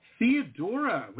Theodora